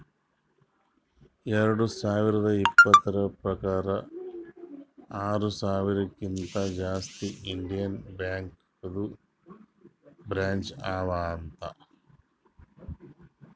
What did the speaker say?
ಎರಡು ಸಾವಿರದ ಇಪ್ಪತುರ್ ಪ್ರಕಾರ್ ಆರ ಸಾವಿರಕಿಂತಾ ಜಾಸ್ತಿ ಇಂಡಿಯನ್ ಬ್ಯಾಂಕ್ದು ಬ್ರ್ಯಾಂಚ್ ಅವಾ ಅಂತ್